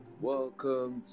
Welcome